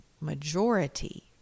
majority